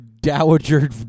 dowager